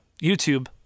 YouTube